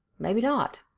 maybe not.